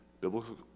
biblical